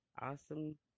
awesome